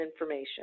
information